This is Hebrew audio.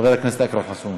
נוסיף את זה לפרוטוקול.